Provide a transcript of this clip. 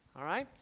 all right,